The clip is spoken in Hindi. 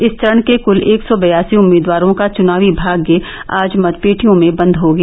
इस चरण के क्ल एक सौ बयासी उम्मीदवारों का चुनावी भाग्य आज मतपेटियों में बन्द हो गया